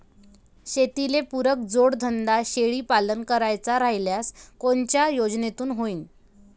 शेतीले पुरक जोडधंदा शेळीपालन करायचा राह्यल्यास कोनच्या योजनेतून होईन?